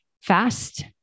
fast